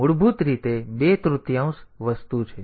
તેથી આ મૂળભૂત રીતે બે તૃતીયાંશ વસ્તુ છે